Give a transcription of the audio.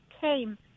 came